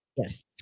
Yes